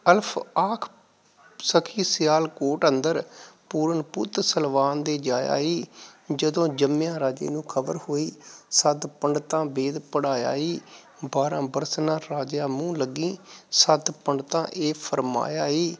ਅਲਫ ਆਖ ਸਖੀ ਸਿਆਲਕੋਟ ਅੰਦਰ ਪੂਰਨ ਪੁੱਤ ਸਲਵਾਨ ਦੇ ਜਾ ਆਈ ਜਦੋਂ ਜੰਮਿਆ ਰਾਜੇ ਨੂੰ ਖਬਰ ਹੋਈ ਸੱਤ ਪੰਡਤਾਂ ਵੇਦ ਪੜ੍ਹਾ ਆਈ ਬਾਰ੍ਹਾਂ ਬਰਸਨਾਂ ਰਾਜਿਆਂ ਮੂੰਹ ਲੱਗੀ ਸੱਤ ਪੰਡਤਾਂ ਇਹ ਫਰਮਾਇਆ ਈ